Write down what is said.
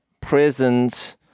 prisons